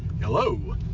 Hello